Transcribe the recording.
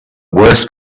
worst